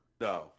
No